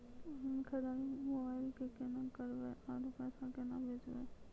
Online खरीददारी mobile से केना करबै, आरु पैसा केना भेजबै?